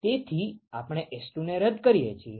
તેથી આપણે S2 ને રદ કરીએ છીએ